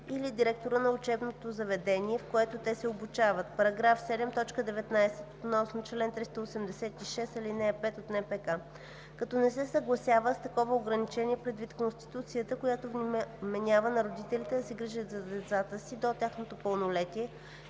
и директора на учебното заведение, в което те се обучават (§ 7, т. 19 относно чл. 386, ал. 5 от НПК), като не се съгласява с такова ограничение предвид Конституцията, която вменява на родителите да се грижат за децата си до тяхното пълнолетие